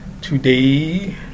Today